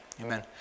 Amen